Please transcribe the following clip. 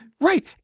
right